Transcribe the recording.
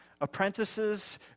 apprentices